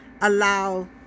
allow